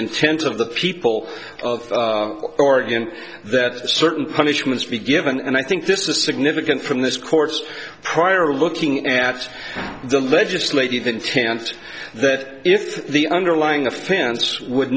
intent of the people of oregon that certain punishments be given and i think this is significant from this court's prior looking at the legislative intent that if the underlying offense would